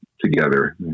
together